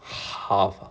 half ah